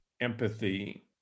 empathy